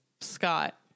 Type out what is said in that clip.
Scott